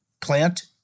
plant